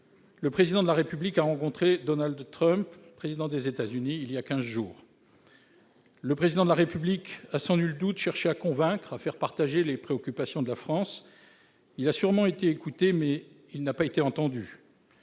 le Président de la République a rencontré Donald Trump, président des États-Unis, voilà quinze jours. Le Président de la République a sans nul doute cherché à convaincre, à faire partager les préoccupations de la France. Il a sûrement été écouté, mais il n'a pas été entendu.